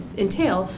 entail,